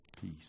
peace